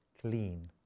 clean